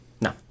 No